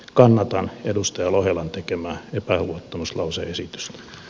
kannatan edustaja lohelan tekemää epäluottamuslause esitystä